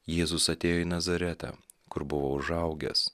jėzus atėjo į nazaretą kur buvo užaugęs